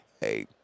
hey